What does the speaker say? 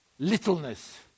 Littleness